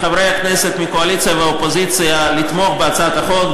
מחברי הכנסת מהקואליציה והאופוזיציה לתמוך בהצעת החוק,